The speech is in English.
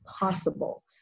possible